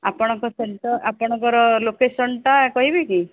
ଆପଣଙ୍କ ସେଣ୍ଟର ଆପଣଙ୍କର ଲୋକେସନଟା କହିବେ କି